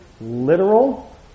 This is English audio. literal